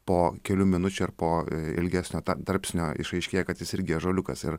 po kelių minučių ar po ilgesnio tarpsnio išaiškėja kad jis irgi ąžuoliukas ir